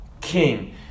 king